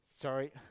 Sorry